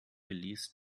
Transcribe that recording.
geleast